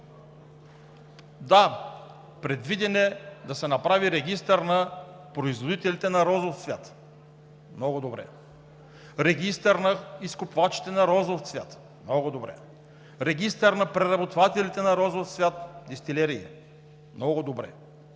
Да, предвидено е да се направи регистър на производителите на розов цвят – много добре; регистър на изкупвачите на розов цвят – много добре; регистър на преработвателите на розов цвят, дестилерии – много добре,